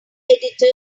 editor